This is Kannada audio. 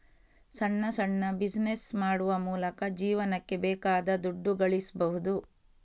ಸಣ್ಣ ಸಣ್ಣ ಬಿಸಿನೆಸ್ ಮಾಡುವ ಮೂಲಕ ಜೀವನಕ್ಕೆ ಬೇಕಾದ ದುಡ್ಡು ಗಳಿಸ್ಬಹುದು